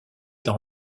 dans